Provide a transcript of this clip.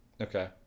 Okay